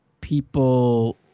people